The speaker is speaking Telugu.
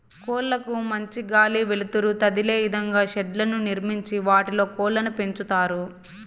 కోళ్ళ కు మంచి గాలి, వెలుతురు తదిలే ఇదంగా షెడ్లను నిర్మించి వాటిలో కోళ్ళను పెంచుతారు